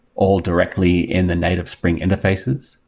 all directly in the native spring interfaces.